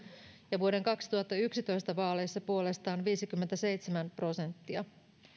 ja vuoden kaksituhattayksitoista vaaleissa puolestaan viisikymmentäseitsemän prosenttia